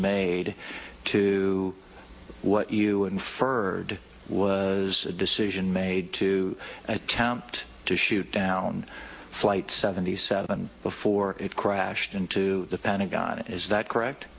made to what you inferred was a decision made to attempt to shoot down flight seventy seven before it crashed into the pentagon is that correct